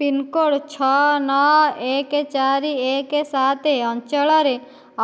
pin code ଛଅ ନଅ ଏକ ଚାରି ଏକ ସାତ ଅଞ୍ଚଳରେ